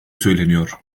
söyleniyor